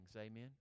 Amen